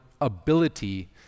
ability